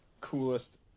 coolest